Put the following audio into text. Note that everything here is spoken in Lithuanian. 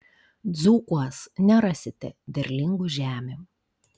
dzūkuos nerasite derlingų žemių